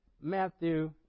Matthew